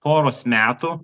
poros metų